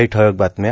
काही ठळक बातम्या